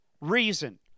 reason